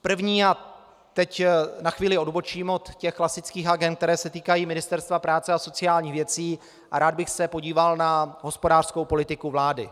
První a teď na chvíli odbočím od klasických agend, které se týkají Ministerstva práce a sociálních věcí, a rád bych se podíval na hospodářskou politiku vlády.